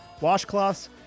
washcloths